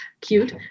Cute